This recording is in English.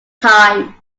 time